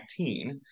2019